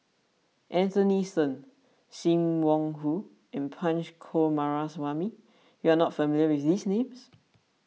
Anthony then Sim Wong Hoo and Punch Coomaraswamy you are not familiar with these names